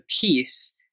piece